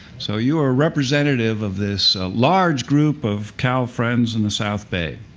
so you are representative of this large group of cal friends in the south bay.